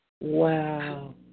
Wow